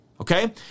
Okay